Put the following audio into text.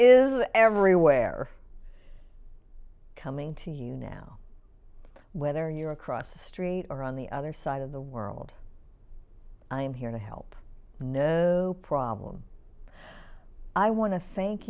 is everywhere coming to you now whether you're across the street or on the other side of the world i'm here to help no problem i want to thank